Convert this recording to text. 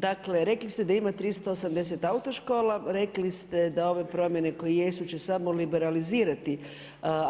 Dakle, rekli ste da ima 380 autoškola, rekli ste da ove promjene koje jesu će samo liberalizirati